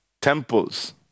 temples